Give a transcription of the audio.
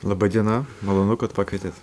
laba diena malonu kad pakvietėt